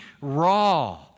raw